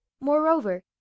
Moreover